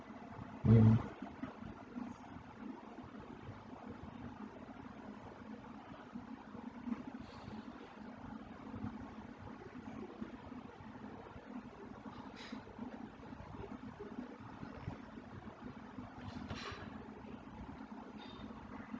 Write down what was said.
mm